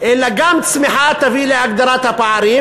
אלא גם צמיחה תביא להגדלת הפערים,